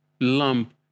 lump